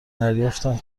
دریافتم